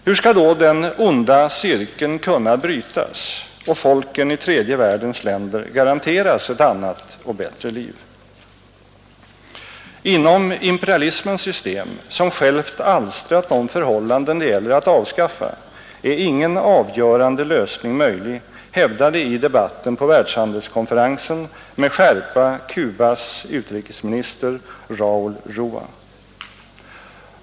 Hur skall då den onda cirkeln kunna brytas och folken i tredje världens länder garanteras ett annat och bättre liv? Inom imperialismens system, som självt alstrat de förhållanden det gäller att avskaffa, är ingen avgörande lösning möjlig, hävdade i debatten på världshandelskonferensen med skärpa Cubas utrikesminister Raul Roa.